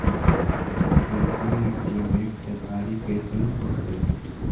चिकनकी मट्टी मे खेसारी कैसन होतै?